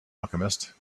alchemist